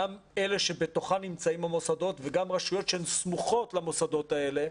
גם אלה שבתוכם נמצאים המוסדות וגם רשויות שהן סמוכות למוסדות האלה,